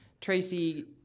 tracy